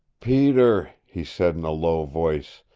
peter, he said in a low voice,